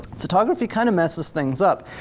photography kind of messes things up.